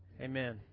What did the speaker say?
amen